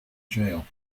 jail